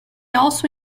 also